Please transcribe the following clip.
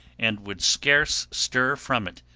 and would scarce stir from it,